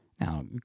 Now